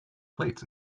plates